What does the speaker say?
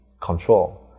control